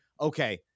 okay